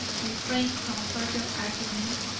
refrained from further argument,